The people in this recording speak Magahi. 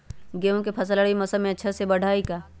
गेंहू के फ़सल रबी मौसम में अच्छे से बढ़ हई का?